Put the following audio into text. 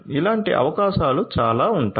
ఇలాంటి అవకాశాలు చాలా ఉంటాయి